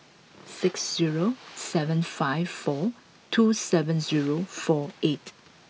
six zero seven five four two seven zero four eight